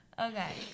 Okay